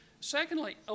secondly